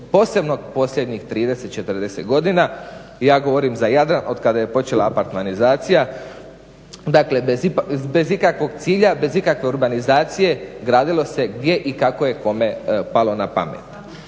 posebno posljednjih 30, 40 godina. Ja govorim za Jadran, otkada je počela apartmanizacija. Dakle, bez ikakvog cilja, bez ikakve urbanizacije gradilo se gdje i kako je kome palo na pamet.